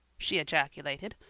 she ejaculated.